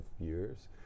years